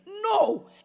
No